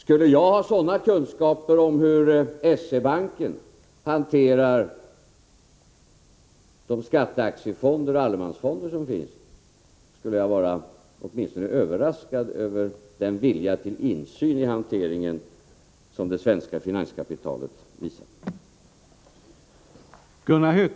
Skulle jag ha sådana kunskaper om hur S-E-banken hanterar de skatteaktiefonder och allemansfonder som finns skulle jag vara åtminstone överraskad över den vilja till insyn i hanteringen som det svenska finanskapitalet visat.